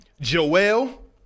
Joel